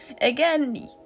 again